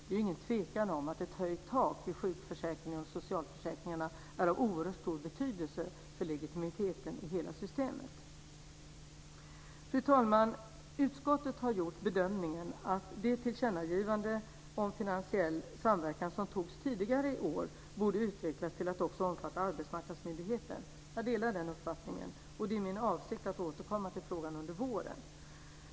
Det är ju ingen tvekan om att ett höjt tak i sjukförsäkringen och i socialförsäkringarna är av oerhört stor betydelse för legitimiteten i hela systemet. Fru talman! Utskottet har gjort bedömningen att det tillkännagivande om finansiell samverkan som antogs tidigare i år borde utvecklas till att också omfatta Arbetsmarknadsmyndigheten. Jag delar den uppfattningen. Det är min avsikt att återkomma till frågan under våren.